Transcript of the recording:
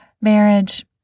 marriage